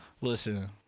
Listen